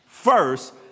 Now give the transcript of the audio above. First